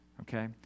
okay